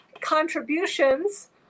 contributions